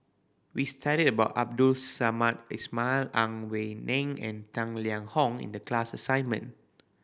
we studied about Abdul Samad Ismail Ang Wei Neng and Tang Liang Hong in the class assignment